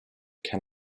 can